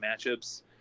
matchups